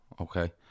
okay